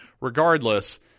regardless